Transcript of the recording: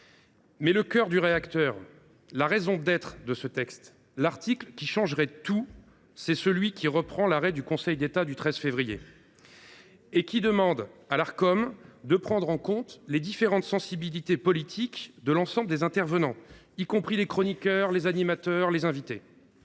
Mais le cœur du réacteur, la raison d’être de ce texte, l’article qui changerait tout, c’est celui qui reprend les termes de la décision du Conseil d’État du 13 février 2024 et qui enjoint à l’Arcom de prendre en compte les différentes sensibilités politiques de l’ensemble des intervenants, y compris les chroniqueurs, les animateurs et les invités.